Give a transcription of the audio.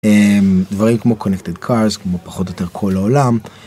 אממ דברים כמו connected cars כמו פחות או יותר כל העולם.